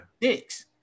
dicks